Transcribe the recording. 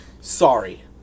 Sorry